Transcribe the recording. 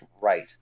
right